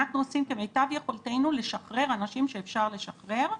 אנחנו עושים כמיטב יכולתנו לשחרר אנשים שאפשר לשחרר.